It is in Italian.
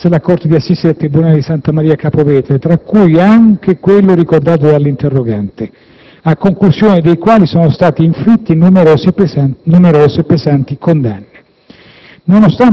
celebrati dinanzi la corte di assise del tribunale di Santa Maria Capua Vetere - tra cui anche quello ricordato dall'interrogante - a conclusione dei quali sono state inflitte numerose, pesanti condanne.